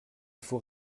faut